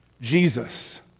Jesus